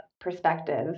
perspective